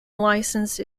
licence